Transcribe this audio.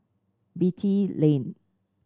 Beatty Lane